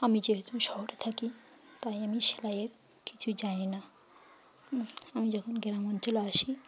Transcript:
আমি যেহেতু শহরে থাকি তাই আমি সেলাইয়ের কিছু জানি না আমি যখন গ্রাম অঞ্চলে আসি